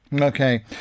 Okay